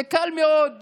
זה קל מאוד להעביר,